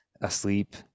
asleep